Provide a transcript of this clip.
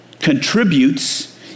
contributes